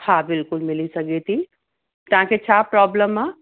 हा बिल्कुलु मिली सघे थी तव्हांखे छा प्रॉब्लम आहे